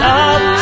up